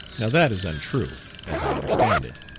now that is untrue, as i understand it.